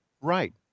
right